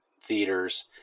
theaters